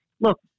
look